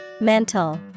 Mental